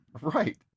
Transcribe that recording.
right